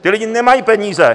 Ti lidé nemají peníze!